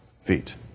feet